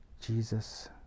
Jesus